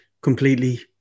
completely